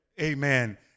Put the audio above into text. amen